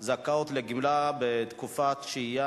בבקשה.